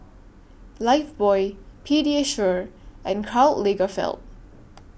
Lifebuoy Pediasure and Karl Lagerfeld